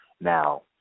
Now